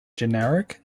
generic